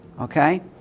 okay